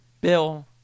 Bill